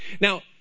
Now